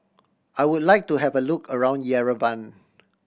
I would like to have a look around Yerevan